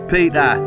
Peter